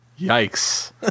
Yikes